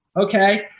okay